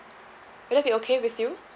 will that be okay with you